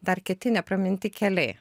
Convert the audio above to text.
dar kiti nepraminti keliai